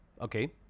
Okay